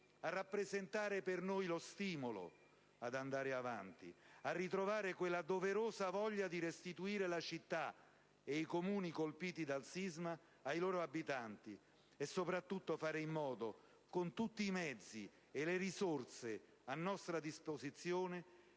a rappresentare per noi lo stimolo ad andare avanti, a ritrovare quella doverosa voglia di restituire la città e i comuni colpiti dal sisma ai loro abitanti e, soprattutto, occorre fare in modo, con tutti i mezzi e le risorse a nostra disposizione,